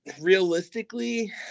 Realistically